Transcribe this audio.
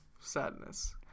sadness